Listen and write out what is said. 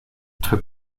drück